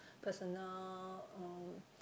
personal uh